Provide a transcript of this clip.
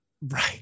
Right